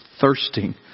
thirsting